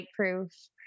lightproof